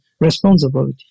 responsibility